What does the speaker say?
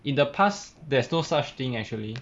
in the past there's no such thing actually